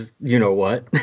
you-know-what